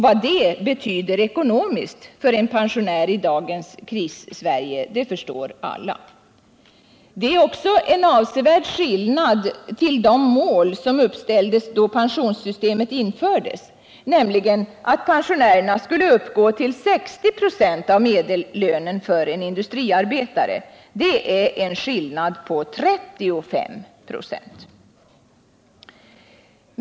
Vad det betyder ekonomiskt för en pensionär i dagens Krissverige förstår alla. Det är också en avsevärd skillnad mellan dagens situation och det mål som uppställdes då pensionssystemet infördes, nämligen att pensionen skulle uppgå till 60 96 av medellönen för en industriarbetare. Det är en skillnad på 35 96.